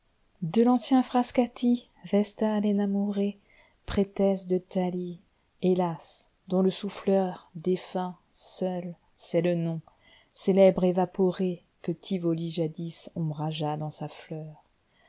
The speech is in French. de l'ancien frascatî vestale énamourée prêtresse de thalie hélas dont le souffleurdéfunt seul sait le nom célèbre évaporéeque tivoli jadis ombragea dans sa fleur